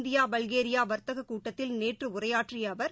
India Bulgaria வர்த்தக கூட்டத்தில் நேற்று உரையாற்றிய அவர்